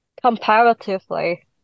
comparatively